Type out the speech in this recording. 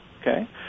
Okay